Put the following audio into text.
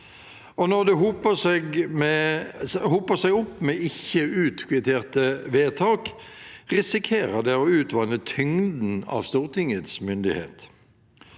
Når det hoper seg opp med ikke-utkvitterte vedtak, risikerer det å utvanne tyngden av Stortingets myndighet.